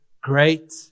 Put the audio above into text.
great